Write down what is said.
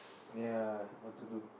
ya what to do